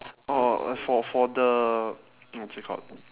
orh uh for for the what's it called